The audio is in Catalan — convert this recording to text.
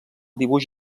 dibuix